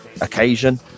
occasion